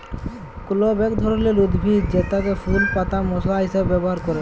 clove এক ধরলের উদ্ভিদ জেতার ফুল পাতা মশলা হিসাবে ব্যবহার ক্যরে